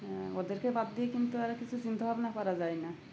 হঁ ওদেরকে বাদ দিয়ে কিন্তু আর কিছু চিন্তা ভাবনা করা যায় না